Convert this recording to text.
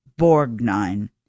Borgnine